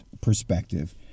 perspective